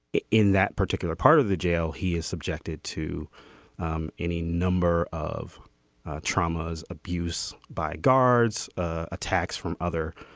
in that particular part of the jail he is subjected to um any number of traumas abuse by guards attacks from other.